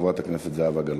חברת הכנסת זהבה גלאון.